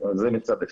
זה מצד אחד.